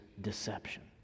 deception